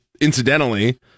incidentally